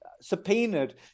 subpoenaed